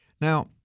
Now